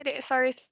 sorry